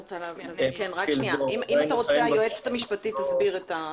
אם אתה רוצה, היועצת המשפטית תסביר.